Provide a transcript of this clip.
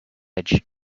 edge